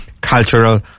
Cultural